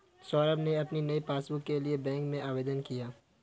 सौरभ ने अपनी नई पासबुक के लिए बैंक में आवेदन किया